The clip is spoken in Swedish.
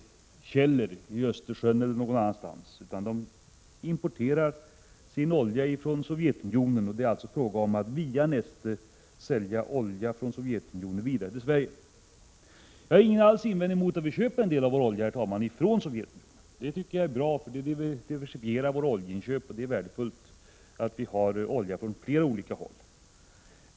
Neste importerar sin olja från Sovjetunionen. Vad det handlar om är alltså att Neste säljer produkter, baserade på olja från Sovjetunionen, till Sverige. Herr talman! Jag har inte någon invändning mot att vi köper en del av vår olja från Sovjetunionen. Det är bra att vi diversifierar våra oljeinköp; att vi tar olja från flera olika håll.